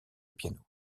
piano